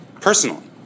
personally